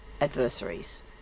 adversaries